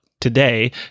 today